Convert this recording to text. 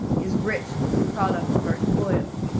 is rich with the product of our toil.